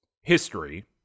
history